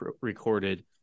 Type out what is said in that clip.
recorded